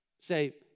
say